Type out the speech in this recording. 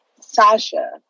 Sasha